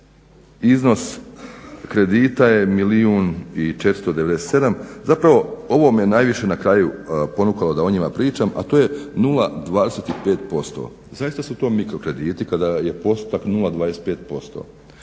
iznos kredita je milijun i 497. Zapravo ovo me najviše na kraju ponukalo da o njima pričam a to je 0,25%. Zaista su to mikro krediti kada je postotak 0,25%.